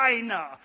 China